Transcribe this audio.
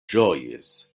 ĝojis